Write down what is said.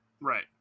right